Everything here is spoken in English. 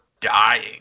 dying